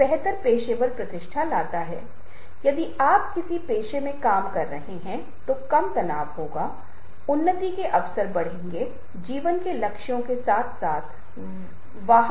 बहुत ज्यादा मत लिखो बहुत ज्यादा मत बोलो चीजों को बहुत जटिल तरीके से मत डालो उन्हें बस जितना संभव हो उतना डालो